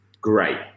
great